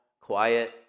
quiet